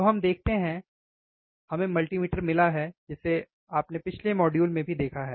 तो हम देखते हैं हमें मल्टीमीटर मिला है जिसे आपने पिछले मॉड्यूल में भी देखा है